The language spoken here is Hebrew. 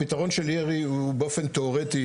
הפתרון של ירי הוא באופן תיאורטי,